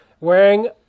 wearing